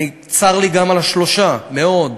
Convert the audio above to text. צר לי גם על השלושה, מאוד,